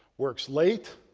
works late,